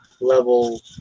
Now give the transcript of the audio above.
level